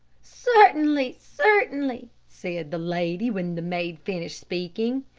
certainly, certainly, said the lady, when the maid finished speaking.